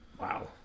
Wow